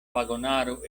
vagonaro